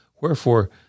Wherefore